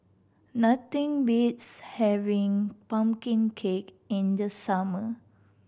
nothing beats having pumpkin cake in the summer